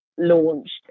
launched